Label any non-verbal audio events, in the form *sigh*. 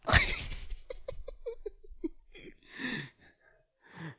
*laughs*